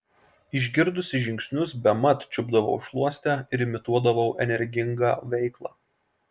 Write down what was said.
išgirdusi žingsnius bemat čiupdavau šluostę ir imituodavau energingą veiklą